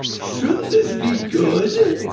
shouldn't this be good?